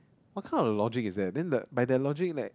what kind of logic is there then the by their logic that